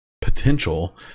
potential